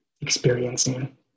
experiencing